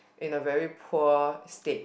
in a very poor state